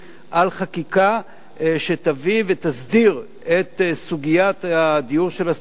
שתביא ותסדיר את סוגיית הדיור של הסטודנטים בירושלים,